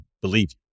believe